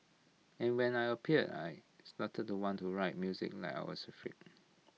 and when I appeared I started to want to write music now was like freak